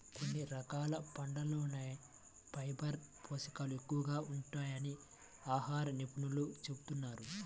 కొన్ని రకాల పండ్లల్లోనే ఫైబర్ పోషకాలు ఎక్కువగా ఉంటాయని ఆహార నిపుణులు చెబుతున్నారు